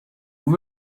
veut